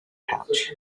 pouch